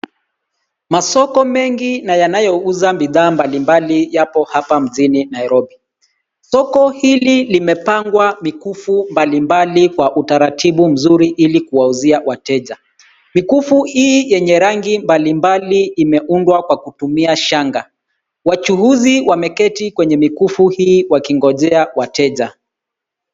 Masoko mengi na yanayouza bidhaa mbalimbali yapo hapa mjini Nairobi. Soko hili limepangwa mikufu mbalimbali kwa utaratibu mzuri ili kuwauzia wateja. Mikufu hii yenye rangi mbalimbali imeundwa kwa kutumia shanga. Wachuuzi wameketi kwenye mikufu hii wakingojea wateja.